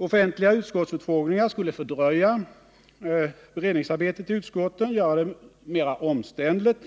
Offentliga utskottsutfrågningar skulle fördröja beredningsarbetet i utskotten och göra det mera omständligt,